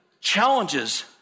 challenges